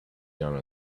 done